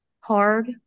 hard